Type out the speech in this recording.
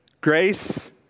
grace